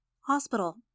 Hospital